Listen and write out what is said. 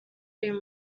uyu